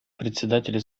председатели